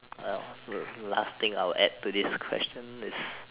uh last thing I will add to this question is